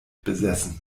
besessen